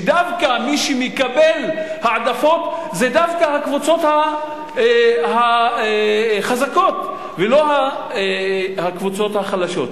שמי שמקבל העדפות זה דווקא הקבוצות החזקות ולא הקבוצות החלשות.